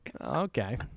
Okay